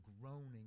groaning